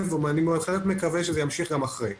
ואני בהחלט מקווה שזה גם ימשיך אחרי.